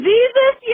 Jesus